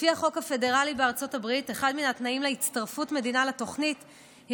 לפי החוק הפדרלי בארצות הברית אחד התנאים להצטרפות מדינה לתוכנית הוא